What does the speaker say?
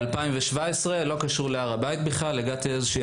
ב-2017 בלי קשר להר הבית בכלל הגעתי לאיזושהי